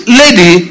lady